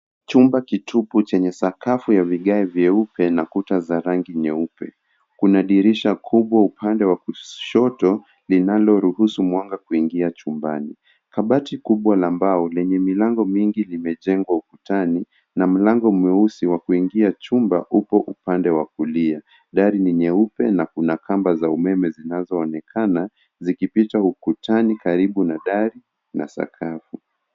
Chumba kitupu chenye sakafu ya vigae vieupe na kuta za rangi nyeupe. Kuna dirisha kubwa upande wa kushoto linaloruhusu mwanga kuingia chumbani. Kabati kubwa la mbao lenye milango mingi limejengwa ukutani na mlango mweusi wa kuingia chumba upo upande wa kulia. Dari ni nyeupe na kuna kamba za umeme zinazoonekana zikipita ukutani karibu na dari na sakafu.